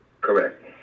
correct